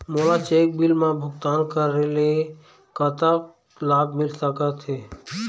मोला cheque bill मा भुगतान करेले कतक लाभ मिल सकथे?